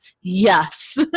yes